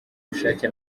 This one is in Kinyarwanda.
bushake